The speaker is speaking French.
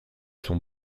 son